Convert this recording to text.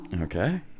okay